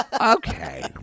Okay